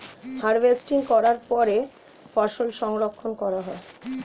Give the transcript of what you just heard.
harvesting করার পরে ফসল সংরক্ষণ করা হয়